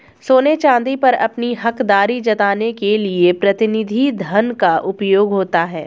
सोने चांदी पर अपनी हकदारी जताने के लिए प्रतिनिधि धन का उपयोग होता है